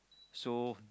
so